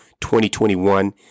2021